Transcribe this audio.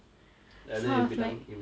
like that you bilang you bilang ibu ah